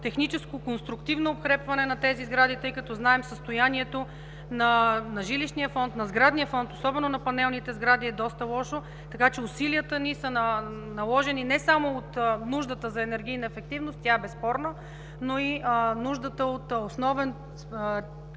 техническо, конструктивно укрепване на тези сгради, тъй като знаем състоянието на жилищния фонд, на сградния фонд, особено на панелните сгради е доста лошо, така че усилията ни са наложени не само от нуждата за енергийна ефективност. Тя е безспорна, но има и нужда от основен,